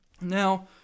Now